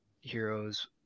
heroes